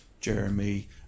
Jeremy